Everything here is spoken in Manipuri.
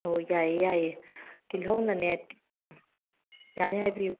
ꯑꯣ ꯌꯥꯏꯌꯦ ꯌꯥꯏꯌꯦ ꯇꯤꯜꯍꯧꯅꯅꯦ ꯌꯥꯅꯤ ꯍꯥꯏꯕꯤꯌꯨ